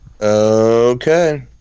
Okay